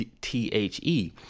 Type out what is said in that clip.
T-H-E